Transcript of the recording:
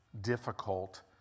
difficult